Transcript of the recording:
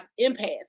empath